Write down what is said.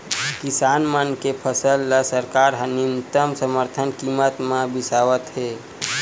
किसान मन के फसल ल सरकार ह न्यूनतम समरथन कीमत म बिसावत हे